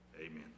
amen